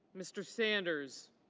mr. sanders.